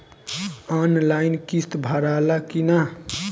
Online किस्त भराला कि ना?